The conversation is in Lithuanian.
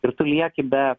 ir tu lieki be